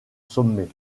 sommet